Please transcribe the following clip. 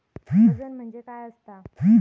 वजन म्हणजे काय असता?